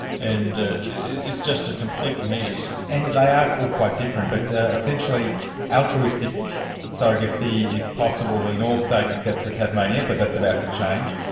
and it's just a complete mess. and they are all quite different, but essentially altruistic surrogacy is possible in all states except for tasmania, but that's about to change.